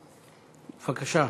בבקשה.